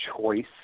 choice